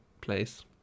place